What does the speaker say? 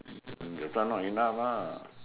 the front not enough ah